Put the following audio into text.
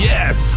Yes